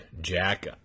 Jack